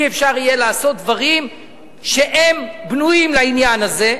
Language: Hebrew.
לא יהיה אפשר לעשות דברים שהם בנויים לעניין הזה,